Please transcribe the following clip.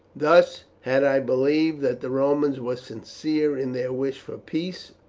thus, had i believed that the romans were sincere in their wish for peace,